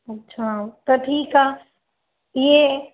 अच्छा त ठीकु आहे इहे